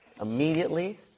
Immediately